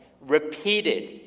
repeated